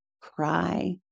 cry